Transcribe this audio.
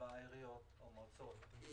בעיריות או במועצות,